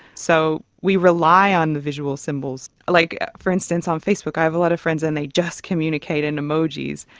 so we rely on the visual symbols. like, for instance, on facebook i have a lot of friends and they just communicate in emojis,